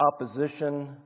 opposition